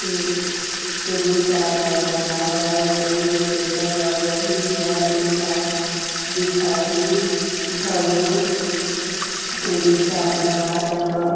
credit card ला बनवाए बर कोई योग्यता लगही या एक आम दिखाही घलो क्रेडिट कारड बनवा सका